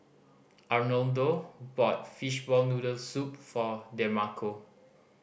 Arnoldo bought fishball noodle soup for Demarco